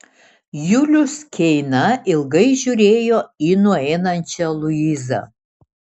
julius keina ilgai žiūrėjo į nueinančią luizą